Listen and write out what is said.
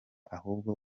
ahubwo